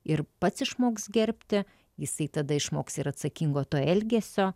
ir pats išmoks gerbti jisai tada išmoks ir atsakingo to elgesio